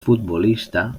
futbolista